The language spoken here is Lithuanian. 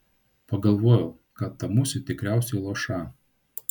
pagalvojau kad ta musė tikriausiai luoša